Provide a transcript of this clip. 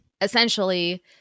essentially